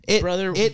Brother